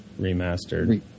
Remastered